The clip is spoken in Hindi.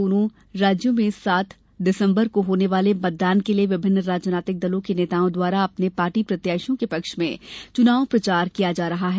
दोनों राज्यों में सात दिसंबर को होने वाले मतदान के लिये विभिन्न राजनैतिक दलों के नेताओं द्वारा अपने पार्टी प्रत्याशियों के पक्ष में चुनाव प्रचार किया जा रहा है